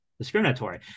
Discriminatory